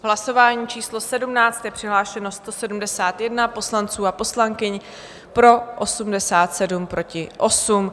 V hlasování číslo 17 je přihlášeno 171 poslanců a poslankyň, pro 87, proti 8.